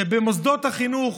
שבמוסדות החינוך,